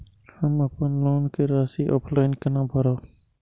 हम अपन लोन के राशि ऑफलाइन केना भरब?